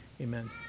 Amen